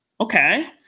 okay